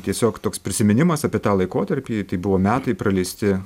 tiesiog toks prisiminimas apie tą laikotarpį tai buvo metai praleisti